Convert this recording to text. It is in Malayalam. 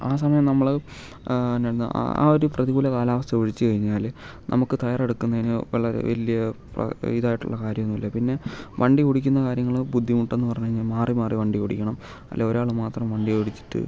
ആ സമയം നമ്മൾ എന്നായിരുന്നു ആ ഒരു പ്രതികൂല കാലാവസ്ഥ ഒഴിച്ച് കഴിഞ്ഞാൽ നമുക്ക് തയ്യാറെടുക്കുന്നതിന് വളരെ വലിയ അ ഇതായിട്ടുള്ള കാര്യമൊന്നുമില്ല പിന്നെ വണ്ടി ഓടിക്കുന്ന കാര്യങ്ങൾ ബുദ്ധിമുട്ടെന്ന് പറഞ്ഞു കഴിഞ്ഞാൽ മാറി മാറി വണ്ടി ഓടിക്കണം അല്ലെ ഒരാൾ മാത്രം വണ്ടി ഓടിച്ചിട്ട്